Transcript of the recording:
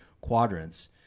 quadrants